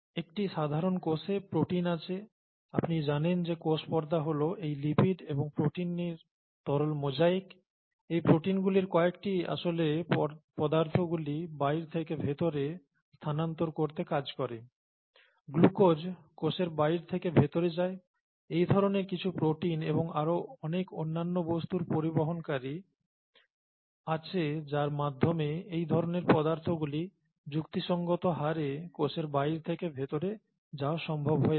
একটি সাধারণ কোষে প্রোটিন আছে আপনি জানেন যে কোষ পর্দা হল এই লিপিড এবং প্রোটিনের তরল মোজাইক এই প্রোটিনগুলির কয়েকটি আসলে পদার্থগুলি বাইর থেকে ভিতরে স্থানান্তর করতে কাজ করে গ্লুকোজ কোষের বাইর থেকে ভিতরে যায় এই ধরনের কিছু প্রোটিন এবং আরও অনেক অন্যান্য বস্তুর পরিবহনকারী আছে যার মাধ্যমে এই ধরনের পদার্থগুলি যুক্তিসঙ্গত হারে কোষের বাইর থেকে ভেতরে যাওয়া সম্ভব হয়েছে